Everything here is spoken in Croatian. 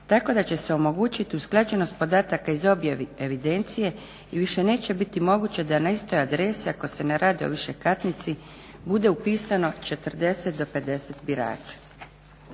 tako da će se omogućiti usklađenost podataka iz objave evidencije i više neće biti moguće da … adrese ako se ne radi o višekatnici bude upisano 40 do 50 birača.